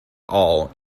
all